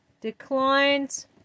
declines